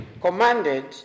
Commanded